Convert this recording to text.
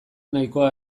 nahikoa